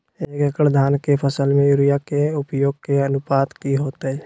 एक एकड़ धान के फसल में यूरिया के उपयोग के अनुपात की होतय?